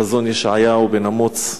חזון ישעיהו בן אמוץ,